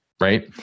right